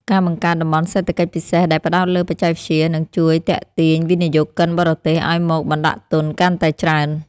ការបង្កើតតំបន់សេដ្ឋកិច្ចពិសេសដែលផ្តោតលើបច្ចេកវិទ្យានឹងជួយទាក់ទាញវិនិយោគិនបរទេសឱ្យមកបណ្តាក់ទុនកាន់តែច្រើន។